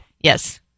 Yes